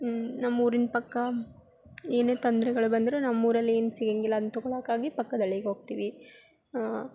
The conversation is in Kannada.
ನಮ್ಮ ಊರಿನ ಪಕ್ಕ ಏನೇ ತೊಂದರೆಗಳು ಬಂದರೂ ನಮ್ಮೂರಲ್ಲಿ ಏನು ಸಿಗಂಗಿಲ್ಲ ಅದನ್ನ ತೊಕೊಳೋಕ್ಕಾಗಿ ಪಕ್ಕದ ಹಳ್ಳಿಗೆ ಹೋಗ್ತೀವಿ